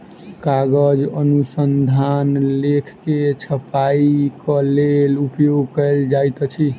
कागज अनुसंधान लेख के छपाईक लेल उपयोग कयल जाइत अछि